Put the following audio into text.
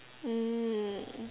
mm